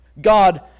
God